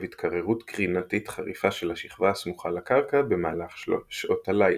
התקררות קרינתית חריפה של השכבה הסמוכה לקרקע במהלך שעות הלילה.